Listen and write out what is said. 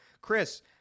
Chris